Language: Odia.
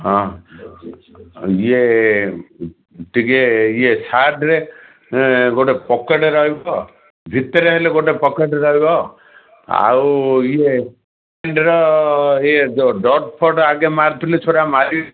ହଁ ଇଏ ଟିକେ ଇଏ ସାର୍ଟରେ ଗୋଟେ ପକେଟ୍ ରହିବ ଭିତରେ ହେଲେ ଗୋଟେ ପକେଟ୍ ରହିବ ଆଉ ଇଏ ପକେଟର ଇଏ ଡଟ ଫଟ ଆଗେ ମାରିଥିଲେ ଛଡ଼ା ମାରି